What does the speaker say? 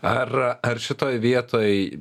ar ar šitoj vietoj